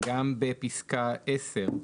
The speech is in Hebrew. בפסקה (10),